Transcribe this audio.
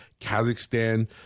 Kazakhstan